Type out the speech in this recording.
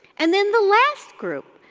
and then the last group,